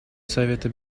совета